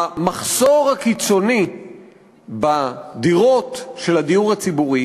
המחסור הקיצוני בדירות של הדיור הציבורי